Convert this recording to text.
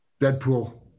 Deadpool